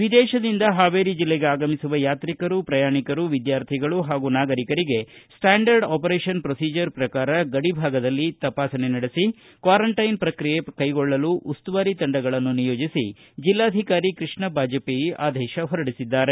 ವಿದೇಶದಿಂದ ಹಾವೇರಿ ಜಿಲ್ಲೆಗೆ ಆಗಮಿಸುವ ಯಾತ್ರಿಕರು ಪ್ರಯಾಣಿಕರು ವಿದ್ಯಾರ್ಥಿಗಳು ಹಾಗೂ ನಾಗರಿಕರಿಗೆ ಸ್ಟ್ಹಾಂಡರ್ಡ್ ಆಪರೇಷನ್ ಫ್ರೊಸಿಜರ್ ಪ್ರಕಾರ ಗಡಿ ಭಾಗದಲ್ಲಿ ತಪಾಸಣೆ ನಡೆಸಿ ಕ್ವಾರೈಂಟೈನ್ ಪ್ರಕ್ರಿಯೆ ಕೈಗೊಳ್ಳಲು ಉಸ್ತುವಾರಿ ತಂಡಗಳನ್ನು ನಿಯೋಜಿಸಿ ಜಿಲ್ಲಾಧಿಕಾರಿ ಕೃಷ್ಣ ಬಾಜಪೇಯಿ ಅವರು ಆದೇಶ ಹೊರಡಿಸಿದ್ದಾರೆ